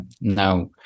Now